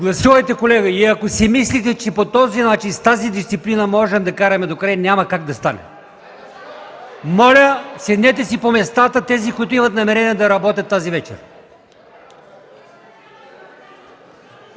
Гласувайте, колеги, и ако си мислите, че по този начин, с такава дисциплина можем да караме докрай, няма как да стане. Моля, седнете си по местата – тези, които имат намерение да работят тази вечер.